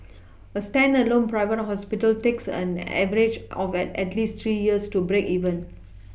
a standalone private hospital takes an Average of at at least three years to break even